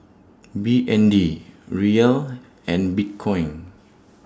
B N D Riyal and Bitcoin